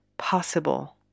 Possible